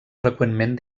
freqüentment